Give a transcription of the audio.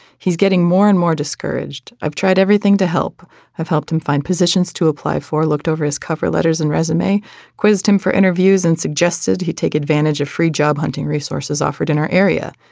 he's getting more and more discouraged. i've tried everything to help have helped him find positions to apply for looked over his cover letters and resume me quizzed him for interviews and suggested he take advantage of free job hunting resources offered in our area.